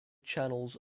channels